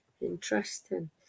Interesting